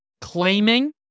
claiming